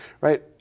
right